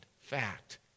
fact